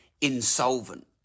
insolvent